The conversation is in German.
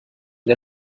der